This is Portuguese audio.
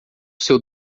seu